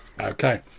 Okay